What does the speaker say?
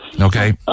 Okay